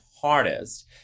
hardest